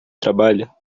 trabalha